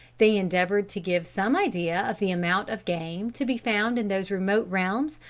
they endeavored to give some idea of the amount of game to be found in those remote realms,